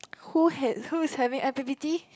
who had who's having i_p_p_t